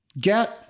get